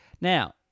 Now